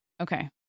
Okay